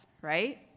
right